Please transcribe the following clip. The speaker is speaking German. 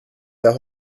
der